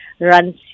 runs